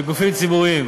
בגופים ציבוריים,